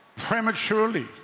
Prematurely